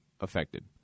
affected